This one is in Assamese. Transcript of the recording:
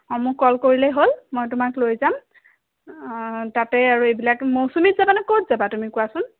অঁ মোক কল কৰিলেই হ'ল মই তোমাক লৈ যাম অঁ তাতে আৰু এইবিলাক মৌচুমীত যাবানে ক'ত যাবা তুমি কোৱাচোন